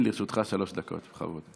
לרשותך שלוש דקות, בכבוד.